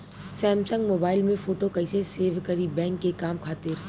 Samsung mobile में photo कैसे save करीं बैंक के काम खातिर?